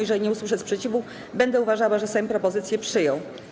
Jeżeli nie usłyszę sprzeciwu, będę uważała, że Sejm propozycję przyjął.